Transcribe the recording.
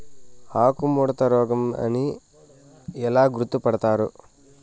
ఆకుముడత రోగం అని ఎలా గుర్తుపడతారు?